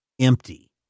empty